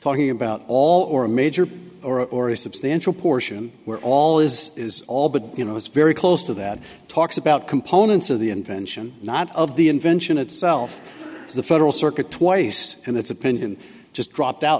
talking about all or a major or a or a substantial portion were all all is is all but you know it's very close to that talks about components of the invention not of the invention itself the federal circuit twice in its opinion just dropped out